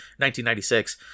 1996